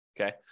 Okay